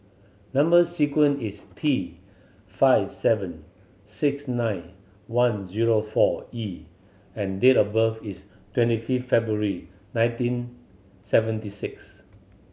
number sequence is T five seven six nine one zero four E and date of birth is twenty fifth February nineteen seventy six